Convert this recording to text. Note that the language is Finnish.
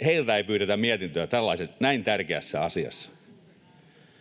ei pyydetä mietintöä näin tärkeässä asiassa.